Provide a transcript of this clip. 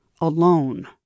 alone